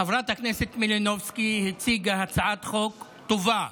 חברת הכנסת מלינובסקי הציגה הצעת חוק טובה